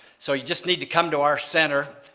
so you just need to come to our center,